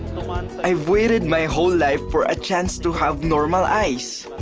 i've waited my whole life for a chance to have normal eyes.